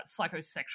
psychosexual